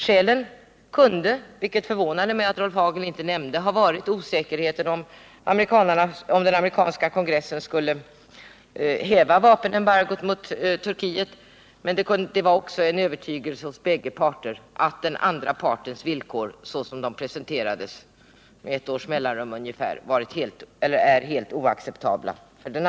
Skälen kunde —det förvånade mig att Rolf Hagel inte nämnde detta — ha varit osäkerheten om den amerikanska kongressen skulle häva vapenembargot mot Turkiet, men det har också varit en övertygelse hos bägge parter om att den andra partens villkor, så som de presenterats, är helt oacceptabla.